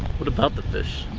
what about the fish?